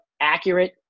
accurate